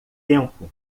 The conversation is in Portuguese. tempo